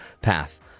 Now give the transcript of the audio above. path